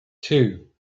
two